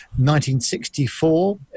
1964